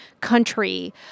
country